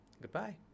Goodbye